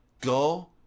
Go